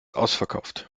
ausverkauft